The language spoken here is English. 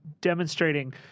demonstrating